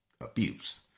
abuse